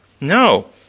No